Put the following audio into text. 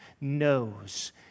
knows